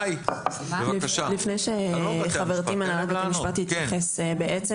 לפני שחברתי מהנהלת בתי המשפט תתייחס בעצם